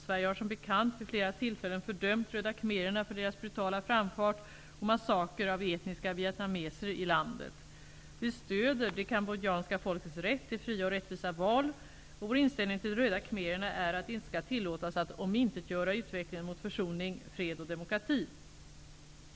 Sverige har som bekant vid flera tillfällen fördömt Röda khmererna för deras brutala framfart och massaker av etniska vietnameser i landet. Vi stöder det cambodjanska folkets rätt till fria och rättvisa val. Vår inställning till de röda khmererna är att de inte skall tillåtas att omintetgöra utvecklingen mot försoning, fred och demokrati.